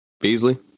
Beasley